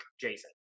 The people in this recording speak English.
Jason